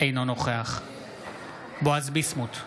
אינו נוכח בועז ביסמוט,